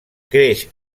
creix